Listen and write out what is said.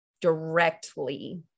directly